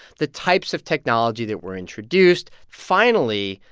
the types of technology that were introduced finally,